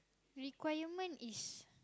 requirement is